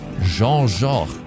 Jean-Jacques